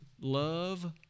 love